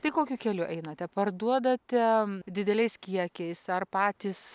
tai kokiu keliu einate parduodate dideliais kiekiais ar patys